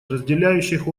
разделяющих